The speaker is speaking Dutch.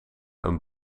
een